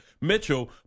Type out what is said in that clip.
Mitchell